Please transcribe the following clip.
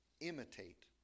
Imitate